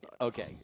Okay